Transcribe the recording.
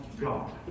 God